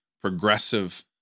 progressive